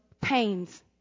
pains